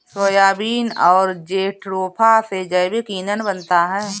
soybean और jatropha से जैविक ईंधन बनता है